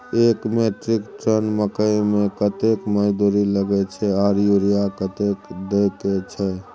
एक metric tonne मकई में कतेक मजदूरी लगे छै आर यूरिया कतेक देके छै?